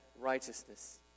righteousness